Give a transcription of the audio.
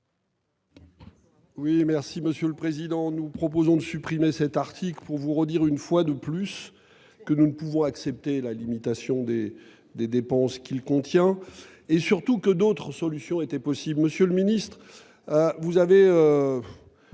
l'amendement n° 4059 rectifié. Nous proposons de supprimer cet article pour vous dire une fois de plus que nous ne pouvons accepter la limitation des dépenses qui en découle, d'autant que d'autres solutions étaient possibles. Monsieur le ministre, vous avez,